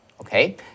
Okay